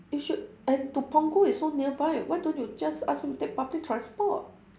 you should and to punggol is so nearby why don't you just ask him to take public transport